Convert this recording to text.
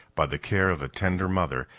by the care of a tender mother,